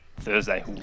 Thursday